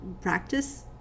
practice